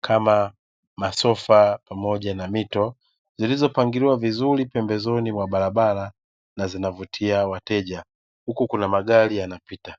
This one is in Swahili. kama masofa pamoja na mito. zilizopangiliwa vizuri pembezoni mwa barabara na zinavutia wateja huku kuna magari yanapita.